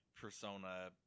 persona